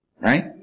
Right